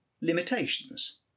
limitations